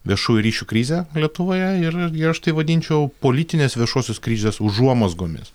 viešųjų ryšių krizę lietuvoje ir ir aš tai vadinčiau politinės viešosios krizės užuomazgomis